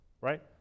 right